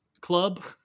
Club